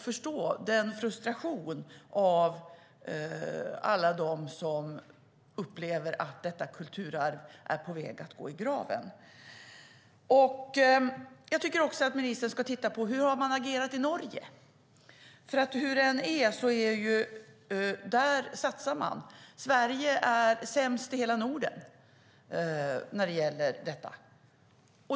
Förstår hon frustrationen för alla de som upplever att detta kulturarv är på väg att gå i graven? Ministern bör också titta på hur man har agerat i Norge; där satsar man. Sverige är sämst i hela Norden när det gäller detta.